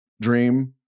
dream